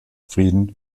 frieden